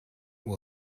will